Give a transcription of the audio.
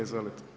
Izvolite.